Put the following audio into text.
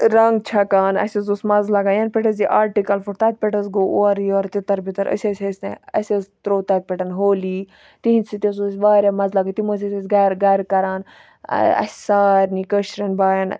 رَنٛگ چھَکان اَسہِ حظ اوس مَزٕ لَگان یَنہٕ پٮ۪ٹھ حظ یہِ آٹِکَل فُٹ تَتہِ پٮ۪ٹھ حظ گوٚو اورٕ یورٕ تِتَر بِتَر أسۍ حظ ٲسۍ نہٕ اَسہِ حظ تروو تَتہِ پٮ۪ٹھ ہولی تِہِنٛد سۭتۍ حظ اوس واریاہ مَزٕ لَگان تِم حظ أسۍ اَسہِ گَرٕ گَرٕ کَران اَسہِ سارنٕے کٲشرٮ۪ن بایَن